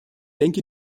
denke